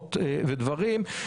רעיונות ודברים,